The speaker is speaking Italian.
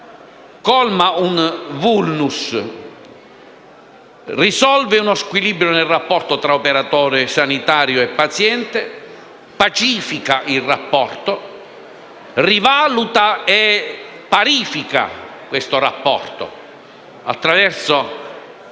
colma un *vulnus* e risolve uno squilibrio nel rapporto tra operatore sanitario e paziente: rivaluta e pacifica questo rapporto attraverso